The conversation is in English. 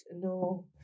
No